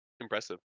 impressive